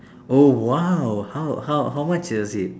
oh !wow! how how how much is it